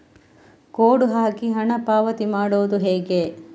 Code ಹಾಕಿ ಹಣ ಪಾವತಿ ಮಾಡೋದು ಹೇಗೆ?